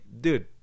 dude